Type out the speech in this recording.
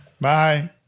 Bye